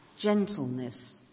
gentleness